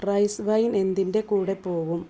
rice wine എന്തിൻ്റെ കൂടെ പോകും